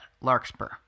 Larkspur